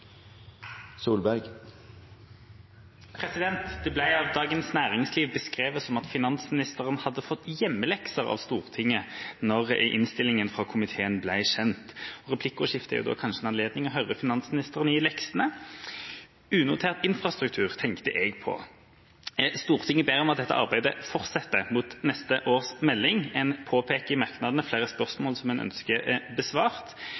Det ble av Dagens Næringsliv beskrevet som at finansministeren hadde fått «hjemmelekser» av Stortinget, da innstillingen fra komiteen ble kjent. Replikkordskiftet er kanskje en anledning til å høre finansministeren i leksene, og da tenker jeg på unotert infrastruktur. Stortinget ber om at dette arbeidet fortsetter fram mot neste års melding, og en påpeker i merknadene flere spørsmål som en ønsker besvart.